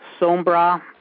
Sombra